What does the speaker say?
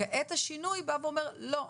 וכעת השינוי בא ואומר: לא,